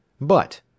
But